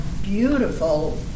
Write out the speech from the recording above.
beautiful